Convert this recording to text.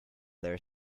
their